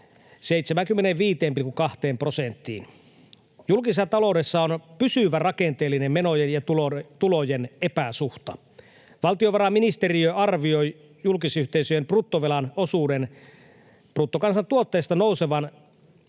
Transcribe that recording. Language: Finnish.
75,2 prosenttiin. Julkisessa taloudessa on pysyvä rakenteellinen menojen ja tulojen epäsuhta. Valtiovarainministeriö arvioi julkisyhteisöjen bruttovelan osuuden bruttokansantuotteesta nousevan